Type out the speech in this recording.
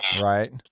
Right